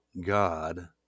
God